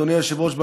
אדוני היושב-ראש,